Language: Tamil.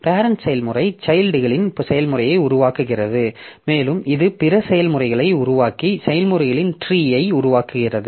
பேரெண்ட் செயல்முறை சைல்ட்களின் செயல்முறைகளை உருவாக்குகிறது மேலும் இது பிற செயல்முறைகளை உருவாக்கி செயல்முறைகளின் ட்ரீ ஐ உருவாக்குகிறது